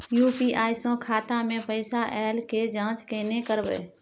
UPI स खाता मे पैसा ऐल के जाँच केने करबै?